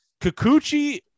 Kikuchi